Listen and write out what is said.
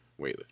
weightlifting